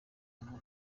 ngo